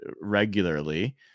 regularly